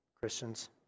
Christians